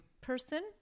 person